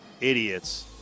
idiots